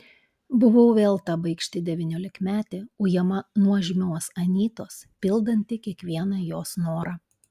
buvau vėl ta baikšti devyniolikmetė ujama nuožmios anytos pildanti kiekvieną jos norą